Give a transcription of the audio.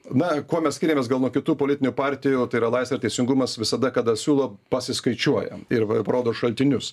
na kuo mes skiriamės gal nuo kitų politinių partijų tai yra laisvė ir teisingumas visada kada siūlo pasiskaičiuojam ir parodo šaltinius